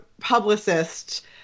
publicist